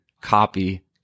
copy